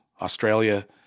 Australia